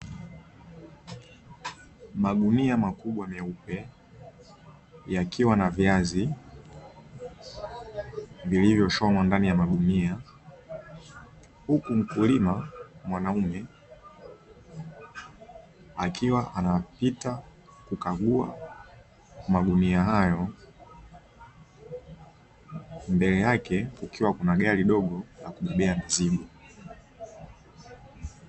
Magunia makubwa meupe yakiwa na viazi vilivyoshonwa ndani ya magunia, huku mkulima mwanaume akiwa anapita kukagua magunia hayo. Mbele yake kukiwa kuna gari dogo la kubebea mzigo.